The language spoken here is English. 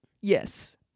Yes